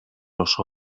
los